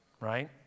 right